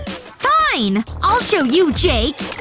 fine! i'll show you, jake.